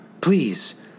Please